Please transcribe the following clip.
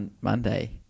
Monday